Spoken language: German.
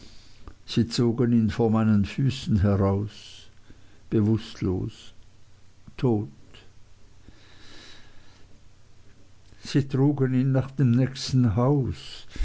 sie zogen ihn vor meinen füßen heraus bewußtlos tot sie trugen ihn nach dem nächsten haus